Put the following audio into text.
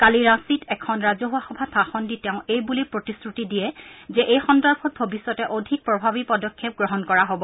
কালি ৰাঁছিত এখন ৰাজহুৱা সভাত ভাষণ দি তেওঁ এইবুলি প্ৰতিশ্ৰুতি দিয়ে যে এই সন্দৰ্ভত ভৱিষ্যতে অধিক প্ৰভাৱী পদক্ষেপ গ্ৰহণ কৰা হ'ব